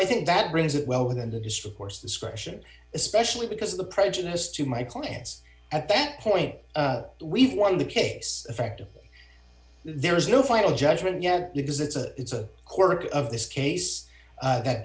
i think that brings it well within the district courts discretion especially because the prejudice to my clients at that point we've won the case affected there is no final judgment yet because it's a it's a quirk of this case that